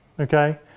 okay